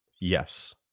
yes